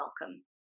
welcome